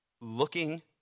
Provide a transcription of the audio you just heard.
looking